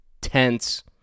Tense